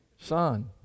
Son